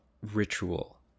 ritual